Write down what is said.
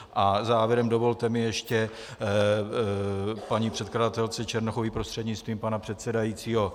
A závěrem dovolte mi ještě k paní předkladatelce Černochové prostřednictvím pana předsedajícího.